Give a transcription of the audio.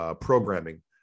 programming